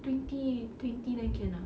twenty twenty then can ah